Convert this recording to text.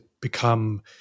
become